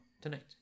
tonight